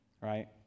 right